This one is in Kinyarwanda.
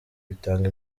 bitaga